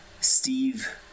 Steve